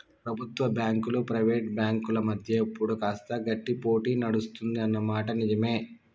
ప్రభుత్వ బ్యాంకులు ప్రైవేట్ బ్యాంకుల మధ్య ఇప్పుడు కాస్త గట్టి పోటీ నడుస్తుంది అన్న మాట నిజవే